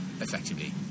effectively